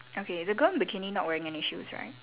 okay the girl with bikini not wearing any shoes right